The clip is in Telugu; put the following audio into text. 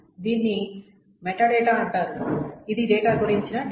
దీన్ని మెటాడేటా అంటారు ఇది డేటా గురించిన డేటా